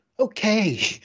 Okay